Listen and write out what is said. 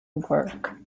work